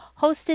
Hosted